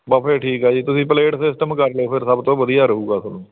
ਬਸ ਫਿਰ ਠੀਕ ਆ ਜੀ ਤੁਸੀਂ ਪਲੇਟ ਸਿਸਟਮ ਕਰ ਲਿਓ ਫਿਰ ਸਭ ਤੋਂ ਵਧੀਆ ਰਹੇਗਾ ਤੁਹਾਨੂੰ